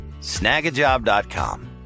Snagajob.com